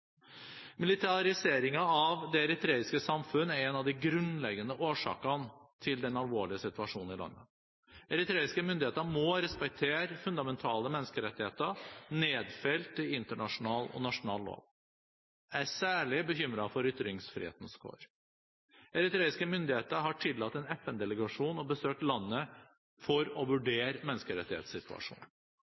av det eritreiske samfunn er en av de grunnleggende årsakene til den alvorlige situasjonen i landet. Eritreiske myndigheter må respektere fundamentale menneskerettigheter nedfelt i internasjonal og nasjonal lov. Jeg er særlig bekymret for ytringsfrihetens kår. Eritreiske myndigheter har tillatt en FN-delegasjon å besøke landet for å vurdere menneskerettighetssituasjonen.